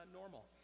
normal